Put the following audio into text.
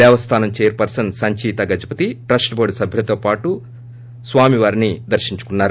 Devasthanam chairperson Sanchaita Gajapati trust board సభ్యులతో పాటు తదితరులు స్వామి వారిని దర్తించుకున్నారు